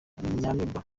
kanyamibwa